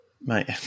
Mate